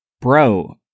Bro